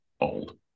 old